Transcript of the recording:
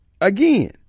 Again